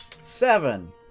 Seven